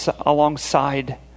alongside